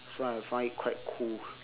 so I find it quite cool